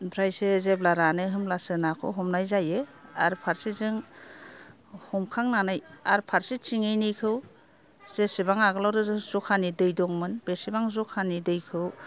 ओमफ्रायसो जेब्ला रानो होनब्लासो नाखौ हमनाय जायो आरो फारसेजों हमखांनानै आरो फारसे थिङैनिखौ जेसेबां आगोलाव जखानि दै दंमोन बेसेबां जखानि दैखौ